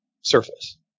surface